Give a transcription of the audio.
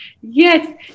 Yes